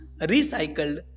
recycled